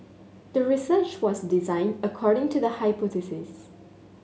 the research was designed according to the hypothesis